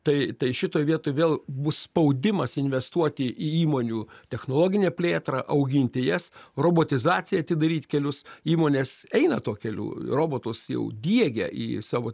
tai tai šitoj vietoj vėl bus spaudimas investuoti į įmonių technologinę plėtrą auginti jas robotizacijai atidaryt kelius įmonės eina tuo keliu robotus jau diegia į savo